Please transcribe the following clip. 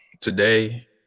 today